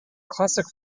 classic